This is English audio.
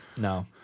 No